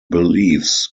beliefs